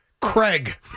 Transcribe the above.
Craig